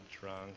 drunk